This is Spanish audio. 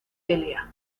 pelea